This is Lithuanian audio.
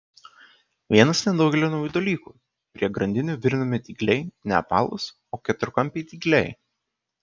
vienas nedaugelio naujų dalykų prie grandinių virinami dygliai ne apvalūs o keturkampiai dygliai